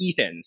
Ethans